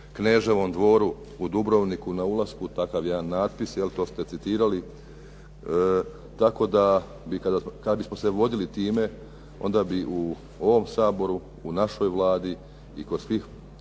Kneževom dvoru u Dubrovniku takav jedan natpis, to ste citirali, tako da kada bismo se vodili time onda bi u ovom Saboru, u našoj Vladi i kod svih